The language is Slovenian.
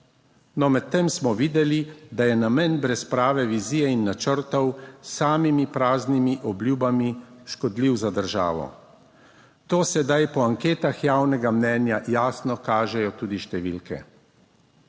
No, medtem smo videli, da je namen brez prave vizije in načrtov, s samimi praznimi obljubami, škodljiv za državo. To sedaj po anketah javnega mnenja jasno kažejo tudi številke.